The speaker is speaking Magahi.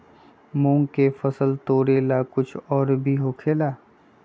मूंग के फसल तोरेला कुछ और भी होखेला?